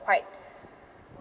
quite